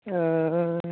अ